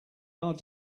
are